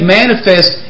manifest